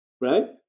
right